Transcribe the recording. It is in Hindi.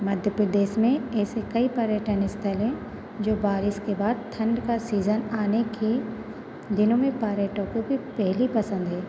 मध्य प्रदेश में ऐसे कई पर्यटन स्थल हैं जो बारिश के बाद ठंड का सीज़न आने के दिनों में पर्यटकों की पहली पसंद है